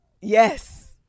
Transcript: Yes